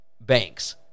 Banks